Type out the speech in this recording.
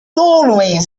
always